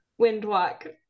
Windwalk